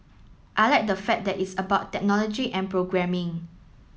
I like the fact that it's about technology and programming